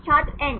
छात्र एन